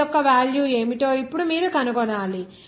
M యొక్క value ఏమిటో ఇప్పుడు మీరు కనుగొనాలి